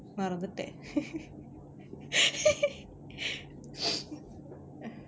மறந்துட்டேன்:maranthuttaen